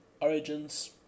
origins